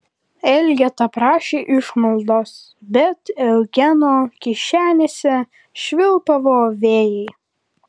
elgeta prašė išmaldos bet eugeno kišenėse švilpavo vėjai